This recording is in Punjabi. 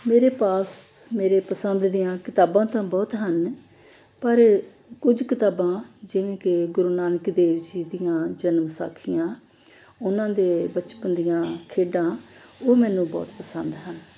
ਮੇਰੇ ਪਾਸ ਮੇਰੇ ਪਸੰਦ ਦੀਆਂ ਕਿਤਾਬਾਂ ਤਾਂ ਬਹੁਤ ਹਨ ਪਰ ਕੁਝ ਕਿਤਾਬਾਂ ਜਿਵੇਂ ਕਿ ਗੁਰੂ ਨਾਨਕ ਦੇਵ ਜੀ ਦੀਆਂ ਜਨਮ ਸਾਖੀਆਂ ਉਹਨਾਂ ਦੇ ਬਚਪਨ ਦੀਆਂ ਖੇਡਾਂ ਉਹ ਮੈਨੂੰ ਬਹੁਤ ਪਸੰਦ ਹਨ